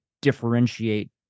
differentiate